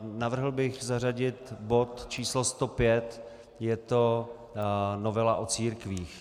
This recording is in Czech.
Navrhl bych zařadit bod číslo 105, je to novela o církvích.